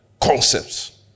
concepts